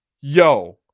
Yo